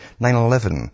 9-11